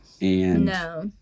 No